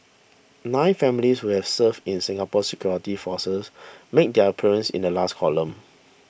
nine families who have served in Singapore's security forces made their appearance in the last column